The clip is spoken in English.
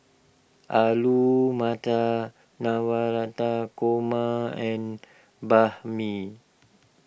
Alu Matar Navratan Korma and Banh Mi